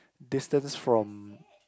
distance from